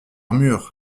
mur